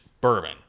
bourbon